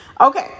Okay